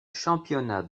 championnat